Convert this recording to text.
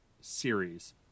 series